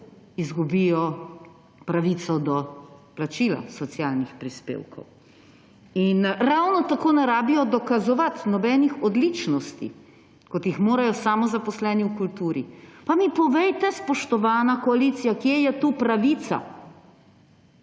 izgubijo pravico do plačila socialnih prispevkov. In ravno tako ne rabijo dokazovati nobenih odličnosti, kot jih morajo samozaposleni v kulturi. Pa mi povejte, spoštovana koalicija, kje je tu pravica.